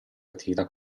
attività